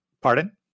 pardon